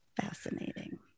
fascinating